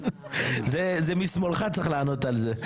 זה משמאלך צריך לענות על זה,